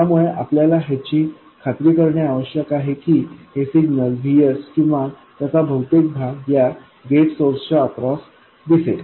त्यामुळे आपल्याला ह्याची खात्री करणे आवश्यक आहे की हे सिग्नल Vs किंवा त्याचा बहुतेक भाग या गेट सोर्स च्या अक्रॉस दिसेल